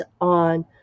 on